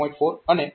4 અને P3